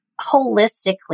holistically